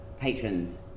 patrons